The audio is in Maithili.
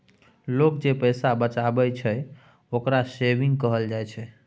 लोक जे पैसा बचाबइ छइ, ओकरा सेविंग कहल जाइ छइ